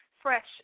fresh